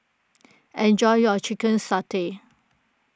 enjoy your Chicken Satay